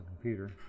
computer